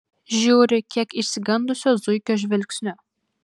žiūri kiek išsigandusio zuikio žvilgsniu